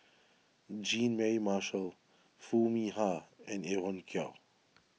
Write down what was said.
Jean May Marshall Foo Mee Har and Evon Kow